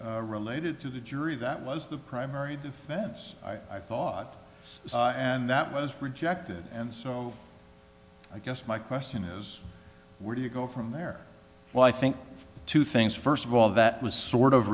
related to the jury that was the primary defense i thought and that was rejected and so i guess my question is where do you go from there well i think two things first of all that was sort of